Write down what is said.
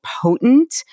potent